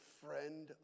friend